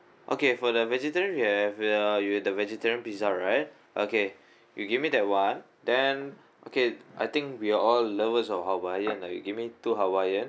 okay for the vegetarian you have you the vegetarian pizza right okay you give me that [one] then okay I think we're all lovers of hawaiian uh you give me two hawaiian